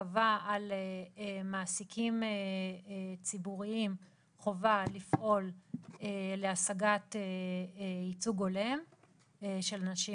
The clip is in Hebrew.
קבע על מעסיקים ציבוריים חובה לפעול להשגת ייצוג הולם של אנשים